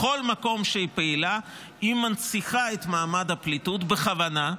בכל מקום שהיא פעילה היא מנציחה את מעמד הפליטות בכוונה,